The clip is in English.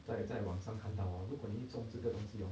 在在网上看到 hor 如果你一种这个东西 orh